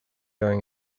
during